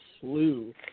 slew